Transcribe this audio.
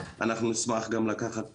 אנחנו נשמח גם לקחת